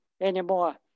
anymore